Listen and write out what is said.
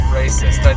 racist